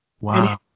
wow